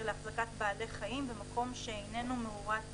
להחזקת בעלי חיים במקום שאינו מאורת בידוד"